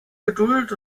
geduld